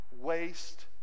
waste